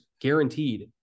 guaranteed